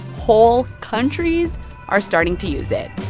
whole countries are starting to use it